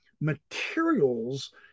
materials